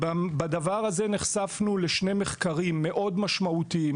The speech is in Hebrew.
בדבר הזה נחשפנו לשני מחקרים מאוד משמעותיים,